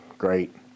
great